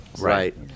Right